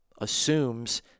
assumes